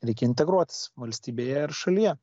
reikia integruotis valstybėje ir šalyje